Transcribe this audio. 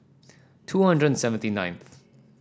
two hundred and seventy nineth